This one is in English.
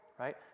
right